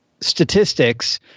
statistics